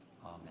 Amen